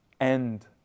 end